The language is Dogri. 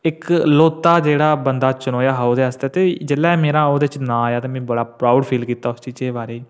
इकलौता जेह्ड़ा बंदा चनोआ हा ओह्दे आस्तै फ्ही जेल्लै ओह्चदे च मेरा नां आया ते में बडा प्राउड फील कीता ओह्दे आस्तै